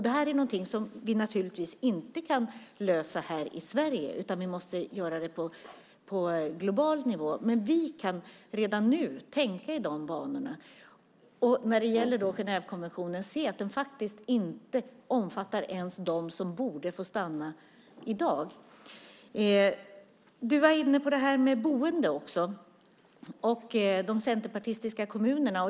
Detta är någonting som vi inte kan lösa här i Sverige. Vi måste göra det på global nivå. Men vi kan redan nu tänka i de banorna och se att Genèvekonventionen inte ens omfattar dem som borde få stanna i dag. Du var också inne på detta med boende och de centerpartistiskt styrda kommunerna.